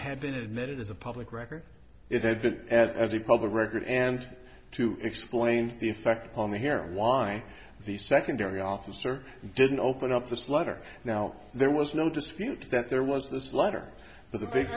had been admitted as a public record it had been as a public record and to explain the effect on the hearing why the secondary officer didn't open up this letter now there was no dispute that there was this letter but the big